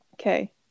okay